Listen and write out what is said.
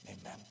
Amen